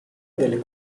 delle